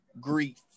grief